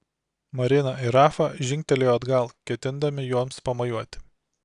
marina ir rafa žingtelėjo atgal ketindami joms pamojuoti